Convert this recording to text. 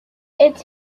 its